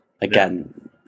again